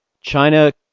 China